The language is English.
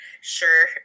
sure